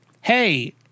hey